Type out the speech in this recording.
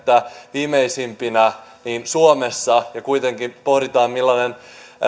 viimeisimpänä suomessa kun kuitenkin pohditaan millainen